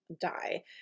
die